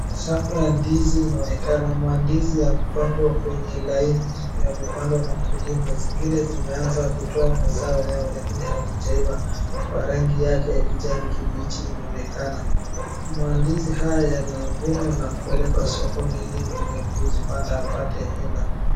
Shamba ya ndizi inaonekana. Mandizi yamepangwa kwenye laini, yamepandwa na mkulima. Kuna zingine zimeanza kutoa mazao yao lakini halijaiva kwa rangi yake ya kijani kibichi inaonekana. Mandizi haya yanavunwa na kupelekwa sokoni ili mwenye kuzipanda apate hela.